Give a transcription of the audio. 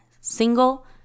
single